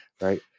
right